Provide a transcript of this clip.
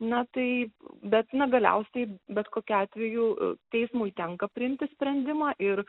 na tai bet na galiausiai bet kokiu atveju teismui tenka priimti sprendimą ir